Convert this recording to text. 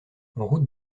route